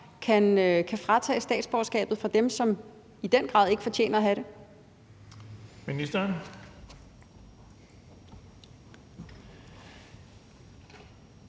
kan tage statsborgerskabet fra dem, som i den grad ikke fortjener at have det.